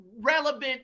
relevant